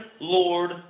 Lord